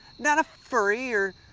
not a furry, or.